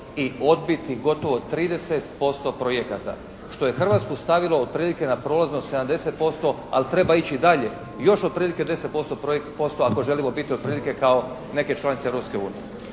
i odbiti gotovo 30% projekata što je Hrvatsku stavilo otprilike na prolaznost 70%, ali treba ići dalje još otprilike 10% posla ako želimo biti otprilike kao neke članice Europske unije.